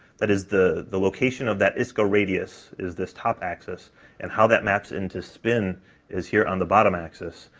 that is the the location of that isco radius is this top axis and how that maps into spin is here on the bottom axis.